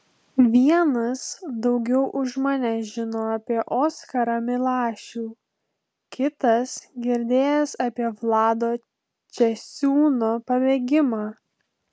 vienas daugiau už mane žino apie oskarą milašių kitas girdėjęs apie vlado česiūno pabėgimą